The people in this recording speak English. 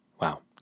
Wow